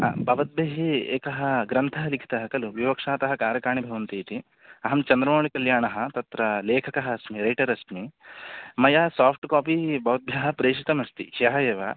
हा भवद्भिः एकः ग्रन्थः लिखितः खलु विवक्षातः कारकाणि भवन्तीति अहं चन्द्रमौळिकल्याणः तत्र लेखकः अस्मि रैटर् अस्मि मया सोफ़्ट् कापि भवद्भ्यः प्रेषितमस्ति ह्यः एव